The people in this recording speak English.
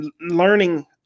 learning